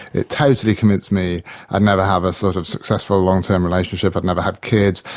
it totally convinced me i'd never have a sort of successful long-term relationship, i'd never have kids,